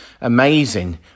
Amazing